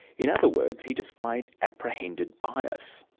in other words, he displayed apprehended bias.